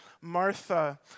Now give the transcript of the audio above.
Martha